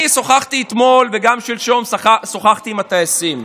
אני שוחחתי אתמול וגם שלשום עם הטייסים.